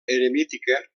eremítica